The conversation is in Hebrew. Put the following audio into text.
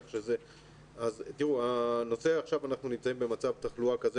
אנחנו נמצאים עכשיו במצב תחלואה כזה